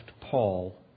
Paul